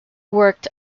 worked